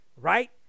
right